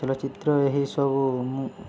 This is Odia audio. ଚଳଚ୍ଚିତ୍ର ଏହିସବୁ ମୁଁ